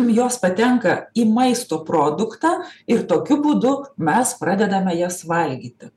jos patenka į maisto produktą ir tokiu būdu mes pradedame jas valgyti